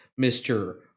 Mr